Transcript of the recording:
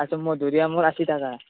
আৰু মধুৰীআমৰ আশী টকা